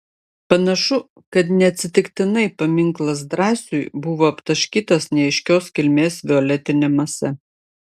panašu kad neatsitiktinai paminklas drąsiui buvo aptaškytas neaiškios kilmės violetine mase